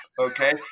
okay